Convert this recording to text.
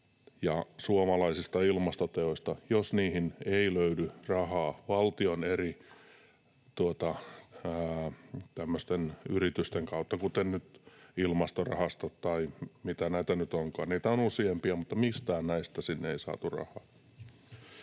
ja suomalaisista ilmastoteoista, jos niihin ei löydy rahaa tämmöisten valtion eri yritysten kautta, kuten nyt ilmastorahastojen tai mitä näitä nyt onkaan. Niitä on useampia, mutta mistään näistä sinne ei saatu rahaa.